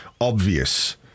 obvious